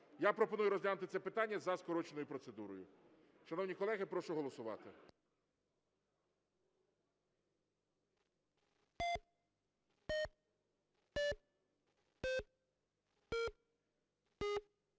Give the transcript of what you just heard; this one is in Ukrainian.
Я пропоную розглянути це питання за скороченою процедурою. Шановні колеги, прошу голосувати.